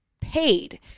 paid